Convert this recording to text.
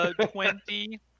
Twenty